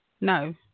no